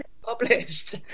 published